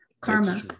karma